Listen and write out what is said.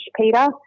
Peter